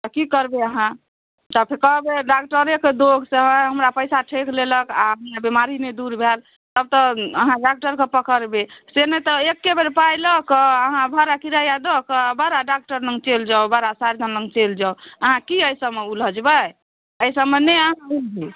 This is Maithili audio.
तऽ की करबै अहाँसब तऽ कहबै डॉक्टरेके दोष से हमरा पैसा ठकि लेलक आ हमरा बेमारी नहि दूर भेल तब तऽ अहाँ डॉक्टरकेँ पकड़बै से नहि तऽ एके बेर पाइ लऽ कऽ अहाँ भाड़ा किराया दऽ कऽ बड़ा डॉक्टर लग चलि जाउ बड़ा सर्जन लग चलि जाउ अहाँ की एहि सभमे उलझबै एहि सभमे नहि अहाँ उलझू